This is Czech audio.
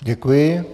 Děkuji.